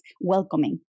welcoming